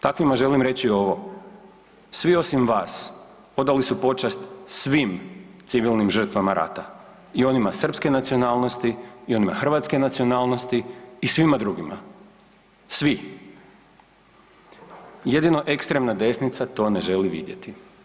Takvima želim reći ovo, svi osim vas odali su počast svim civilnim žrtvama rata i onima srpske nacionalnosti i onima hrvatske nacionalnosti i svima drugima, svi, jedino ekstremna desnica to ne želi vidjeti.